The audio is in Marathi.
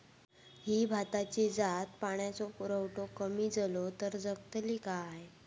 ही भाताची जात पाण्याचो पुरवठो कमी जलो तर जगतली काय?